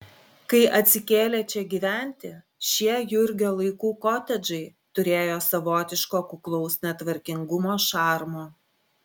kai atsikėlė čia gyventi šie jurgio laikų kotedžai turėjo savotiško kuklaus netvarkingumo šarmo